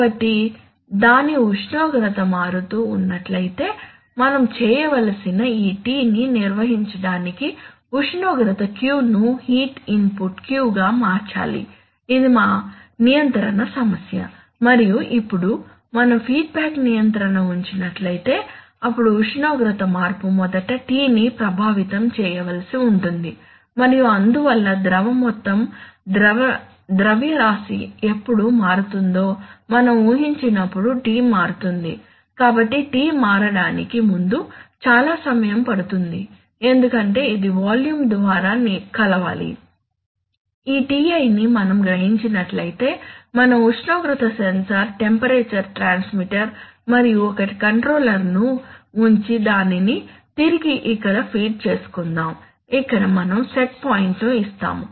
కాబట్టి దాని ఉష్ణోగ్రత మారుతూ ఉన్నట్లయితే మనం చేయవలసినది ఈ T ని నిర్వహించడానికి ఉష్ణోగ్రత Q ను హీట్ ఇన్పుట్ Q గా మార్చాలి ఇది మా నియంత్రణ సమస్య మరియు ఇప్పుడు మనం ఫీడ్బ్యాక్ నియంత్రణ ఉంచినట్లైతే అప్పుడు ఉష్ణోగ్రత మార్పు మొదట T ని ప్రభావితం చేయవలసి ఉంటుంది మరియు అందువల్ల ద్రవ మొత్తం ద్రవ్యరాశి ఎప్పుడు మారుతుందో మనం ఉహించినప్పుడు T మారుతుంది కాబట్టి T మారడానికి ముందు చాలా సమయం పడుతుంది ఎందుకంటే ఇది వాల్యూమ్ ద్వారా కలపాలి ఈ Ti ని మనం గ్రహించినట్లయితే మనం ఉష్ణోగ్రత సెన్సార్ టెంపరేచర్ ట్రాన్స్మిటర్ మరియు ఒక కంట్రోలర్ను ఉంచి దానిని తిరిగి ఇక్కడ ఫీడ్ చేసుకుందాం ఇక్కడ మనం సెట్ పాయింట్ ఇస్తాము